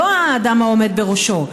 לא האדם העומד בראשו,